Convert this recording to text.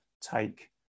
take